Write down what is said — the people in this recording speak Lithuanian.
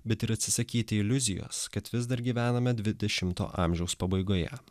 bet ir atsisakyti iliuzijos kad vis dar gyvename dvidešimto amžiaus pabaigoje